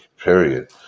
period